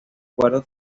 acuerdo